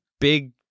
big